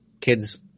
kids